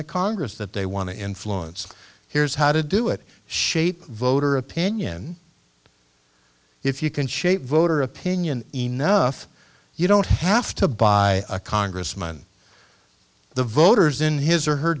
the congress that they want to influence here's how to do it shape voter opinion if you can shape voter opinion enough you don't have to buy a congressman the voters in his or her